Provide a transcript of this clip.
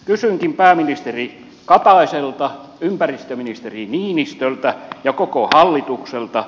kysynkin pääministeri kataiselta ympäristöministeri niinistöltä ja koko hallitukselta